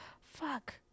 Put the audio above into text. fuck